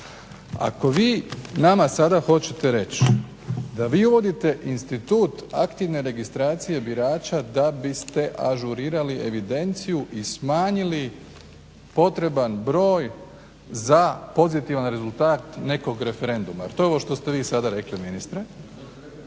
Ako vi nama sada hoćete reći da vi uvodite institut aktivne registracije birača da biste ažurirali evidenciju i smanjili potreban broj za pozitivan rezultat nekog referenduma. To je ovo što ste vi sada rekli ministre,